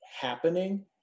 happening